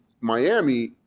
Miami